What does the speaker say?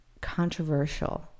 controversial